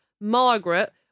Margaret